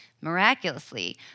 miraculously